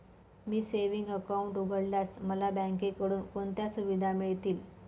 मी savings account उघडल्यास मला बँकेकडून कोणत्या सुविधा मिळतील?